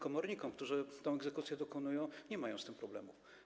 Komornicy, którzy tej egzekucji dokonują, nie mają z tym problemu.